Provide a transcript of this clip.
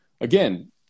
again